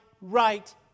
right